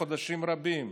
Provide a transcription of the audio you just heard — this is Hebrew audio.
חודשים רבים.